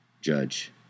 judge